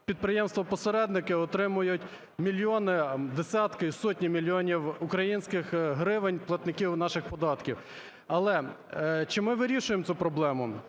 підприємства-посередники отримують мільйони, десятки, сотні мільйонів українських гривень платників наших податків. Але чи ми вирішуємо цю проблему?